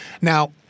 Now